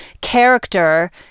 character